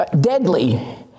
deadly